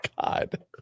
God